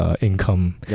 income